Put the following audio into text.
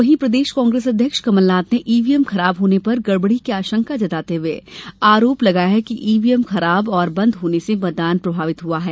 वहीं प्रदेश कांग्रेस अध्यक्ष कमलनाथ ने ईवीएम खराब होने पर गड़बड़ी की आशंका जताते हुए आरोप लगाया है कि ईवीएम खराब और बंद होने से मतदान प्रभावित हुआ है